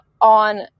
on